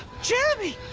jeremy,